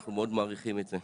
אנחנו מאוד מעריכים את זה.